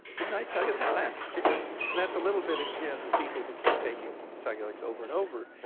didn't i tell you that last week? and that's a little bit, again, the people who keep taking psychedelics over and over,